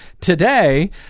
today